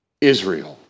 Israel